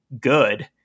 good